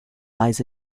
lies